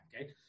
okay